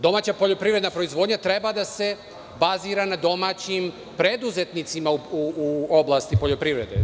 Domaća poljoprivredna proizvodnja treba da se bazira na domaćim preduzetnicima u oblasti poljoprivrede.